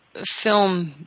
film